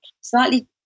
Slightly